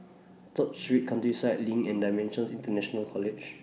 Third Street Countryside LINK and DImensions International College